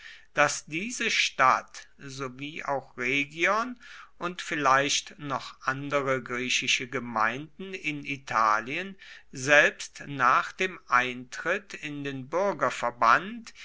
daß diese stadt sowie auch rhegion und vielleicht noch andere griechische gemeinden in italien selbst nach dem eintritt in den